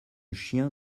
chien